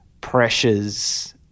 pressures